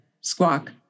squawk